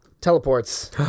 teleports